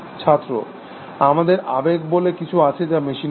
ছাত্র আমাদের আবেগ বলে কিছু আছে যা মেশিনে নেই